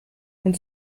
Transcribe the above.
und